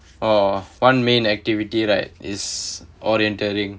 uh one main activity right is orienteering